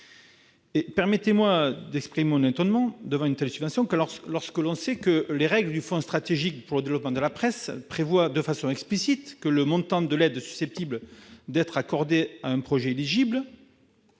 souhaite exprimer mon étonnement devant une telle subvention, lorsque l'on sait que les règles du Fonds stratégique pour le développement de la presse, le FSDP, prévoient explicitement que le montant de l'aide susceptible d'être accordée à un projet éligible